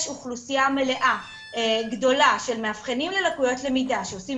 יש אוכלוסייה מלאה גדולה של מאבחנים ללקויות למידה שעושים